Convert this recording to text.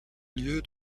lieu